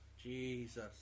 Jesus